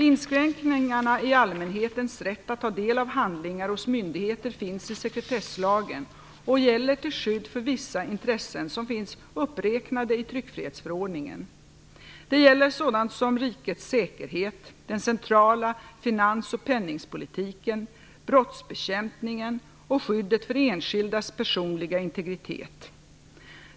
Inskränkningarna i allmänhetens rätt att ta del av handlingar hos myndigheter finns i sekretesslagen och gäller till skydd för vissa intressen som finns uppräknade i tryckfrihetsförordningen. Det gäller sådant som rikets säkerhet, den centrala finansoch penningpolitiken, brottsbekämpningen och skyddet för enskildas personliga integritet.